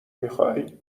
میخوای